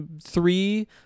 three